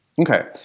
Okay